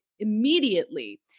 immediately